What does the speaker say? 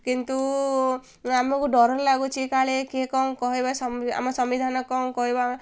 କିନ୍ତୁ ଆମକୁ ଡର ଲାଗୁଛି କାଳେ କିଏ କ'ଣ କହିବା ଆମ ସମ୍ବିଧାନ କ'ଣ କହିବା